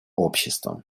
обществом